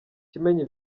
kimenyi